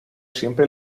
siempre